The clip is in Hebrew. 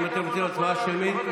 אם אתם רוצים הצבעה שמית,